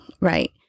Right